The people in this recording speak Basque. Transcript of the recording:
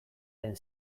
den